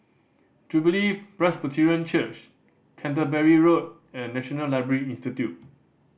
Jubilee Presbyterian Church Canterbury Road and National Library Institute